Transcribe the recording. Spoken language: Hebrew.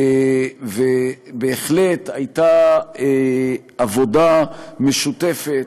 ובהחלט הייתה עבודה משותפת,